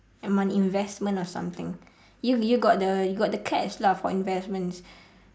on investment or something you you got you got the cash lah for investment